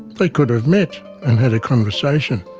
they could have met and had a conversation,